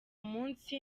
munsi